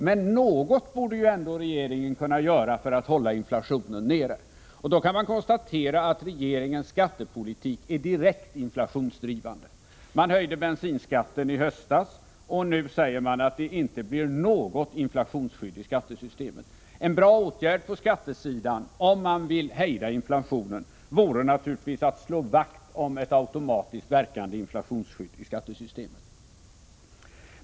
Men något borde ändå regeringen kunna göra för att hålla inflationen nere. Man kan konstatera att regeringens skattepolitik är direkt inflationsdrivande. Man höjde bensinskatten i höstas, och nu säger man att det inte blir något inflationsskydd i skattesystemet. En bra åtgärd på skattesidan — om man vill hejda inflationen — vore naturligtvis att slå vakt om ett automatiskt verkande inflationsskydd i skattesystemet.